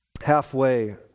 halfway